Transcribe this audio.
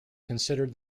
considered